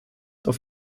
auf